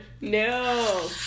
no